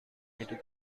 into